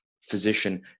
physician